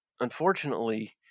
unfortunately